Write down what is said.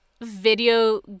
video